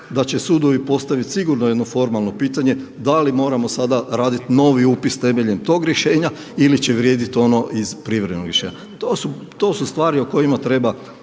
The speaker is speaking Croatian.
da će sudovi postavit sigurno jedno formalno pitanje da li moramo sada raditi novi upis temeljem tog rješenja ili će vrijedit ono iz privremenog rješenja. To su stvari o kojima treba